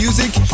Music